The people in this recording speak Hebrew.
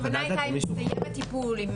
לא, הכוונה הייתה אם מתקיים הטיפול.